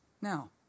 Now